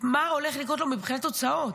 מה הולך לקרות לו מבחינת הוצאות.